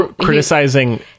criticizing